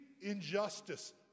injustice